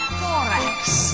thorax